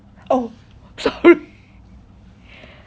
oh